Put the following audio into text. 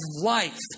life